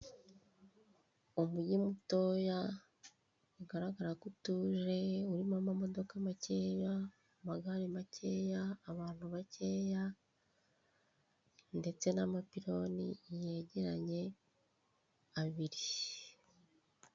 Umugi mutoya bigaragara ko utuje urimo amamodoka makeya, amagare makeya, abanu bakeya, ndetse namapironi yegeranye abiri.